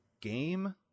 game